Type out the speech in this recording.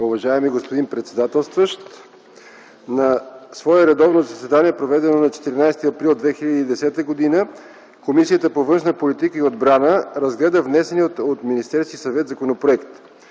Уважаеми господин председателстващ! „На свое редовно заседание, проведено на 14 април 2010 г., Комисията по външна политика и отбрана разгледа внесения от Министерския съвет законопроект.